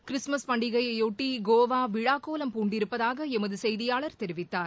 Christmas பண்டிகையையொட்டி கோவா விழாக்கோலம் பூண்டிருப்பதாக எமது செய்தியாளர் தெரிவித்தார்